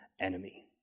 enemy